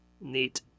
Neat